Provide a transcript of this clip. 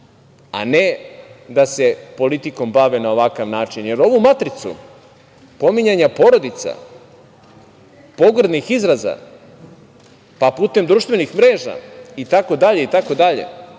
a ne da se politikom bave na ovakav način. Ovu matricu pominjanja porodica, pogrdnih izraza, pa putem društvenih mreža, itd,